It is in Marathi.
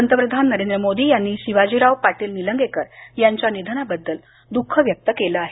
पंतप्रधान नरेंद्र मोदी यांनी शिवाजीराव पाटिल निलंगेकर यांच्या निधनाबद्दल दुखः व्यक्त केलं आहे